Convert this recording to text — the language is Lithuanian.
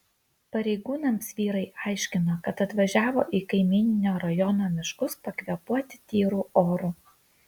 pareigūnams vyrai aiškino kad atvažiavo į kaimyninio rajono miškus pakvėpuoti tyru oru